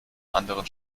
anderen